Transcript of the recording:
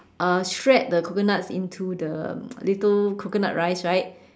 uh shred the coconuts into the little coconut rice right